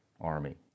army